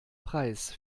preis